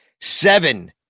seven